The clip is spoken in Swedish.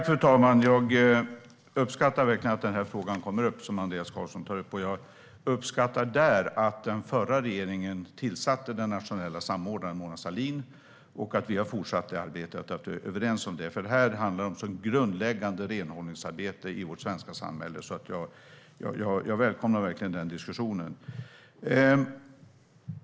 Fru talman! Jag uppskattar verkligen att den fråga som Andreas Carlson tar upp kommer upp. Jag uppskattar att den förra regeringen tillsatte den nationella samordnaren Mona Sahlin, att vi har fortsatt det arbetet och att vi är överens om det. För det handlar om ett grundläggande renhållningsarbete i vårt svenska samhälle. Jag välkomnar verkligen den diskussionen.